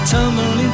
Tumbling